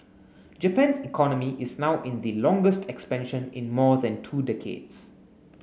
Japan's economy is now in the longest expansion in more than two decades